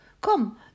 Come